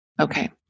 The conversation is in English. Okay